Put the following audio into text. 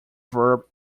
verb